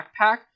backpack